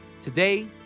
today